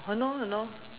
!hannor! !hannor!